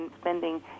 spending